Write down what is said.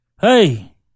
hey